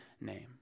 name